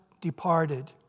departed